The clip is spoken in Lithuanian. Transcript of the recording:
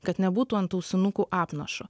kad nebūtų ant ausinukų apnašų